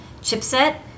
chipset